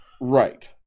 Right